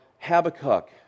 Habakkuk